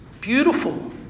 beautiful